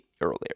earlier